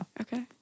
Okay